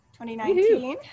2019